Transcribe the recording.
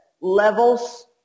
levels